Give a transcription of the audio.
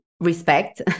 respect